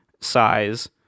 size